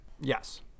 Yes